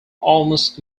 almost